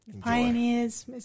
Pioneers